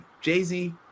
Jay-Z